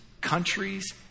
countries